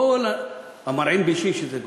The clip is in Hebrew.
כל המרעין בישין שזה גורר.